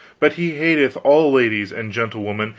but he hateth all ladies and gentlewomen,